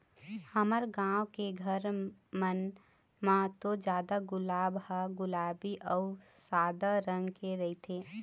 हमर गाँव के घर मन म तो जादा गुलाब ह गुलाबी अउ सादा रंग के रहिथे